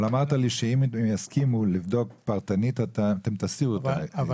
אמרת לי שאם יסכימו לבדוק פרטנית אתם תסירו את ההסתייגות.